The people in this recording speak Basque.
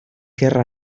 gerra